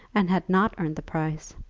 and had not earned the price!